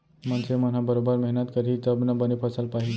मनसे मन ह बरोबर मेहनत करही तब ना बने फसल पाही